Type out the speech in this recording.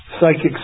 psychics